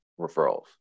referrals